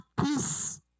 peace